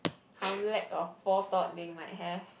how lack of forethought they might have